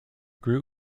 grew